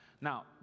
now